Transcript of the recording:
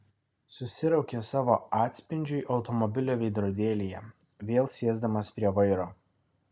susiraukė savo atspindžiui automobilio veidrodėlyje vėl sėsdamas prie vairo